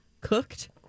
cooked